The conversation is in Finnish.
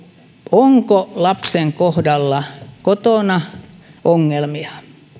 onko lapsen kohdalla kotona ongelmia